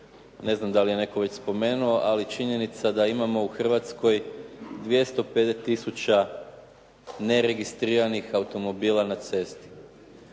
ne znam da li je netko spomenuo, ali je činjenica da imamo u Hrvatskoj 250 tisuća neregistriranih automobila na cesti.